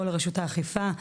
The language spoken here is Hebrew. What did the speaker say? או לרשות האכיפה,